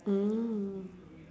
mm